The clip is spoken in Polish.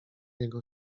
jego